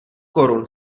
korun